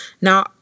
Now